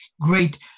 great